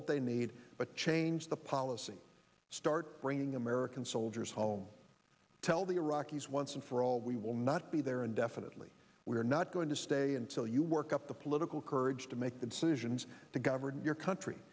that they need but change the policy start bringing american soldiers home tell the iraqis once and for all we will not be there indefinitely we're not going to stay until you work up the political courage to make the decisions to govern your country